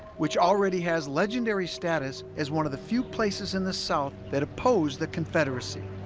which already has legendary status as one of the few places in the south that oppose the confederacy